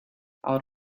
out